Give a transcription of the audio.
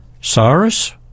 Cyrus